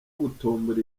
gutombora